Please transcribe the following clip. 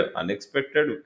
unexpected